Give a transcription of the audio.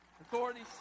authorities